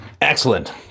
Excellent